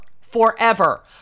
forever